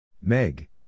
Meg